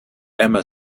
emma